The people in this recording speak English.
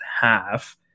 half